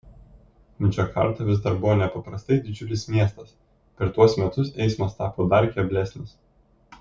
džakarta vis dar buvo nepaprastai didžiulis miestas per tuos metus eismas tapo dar keblesnis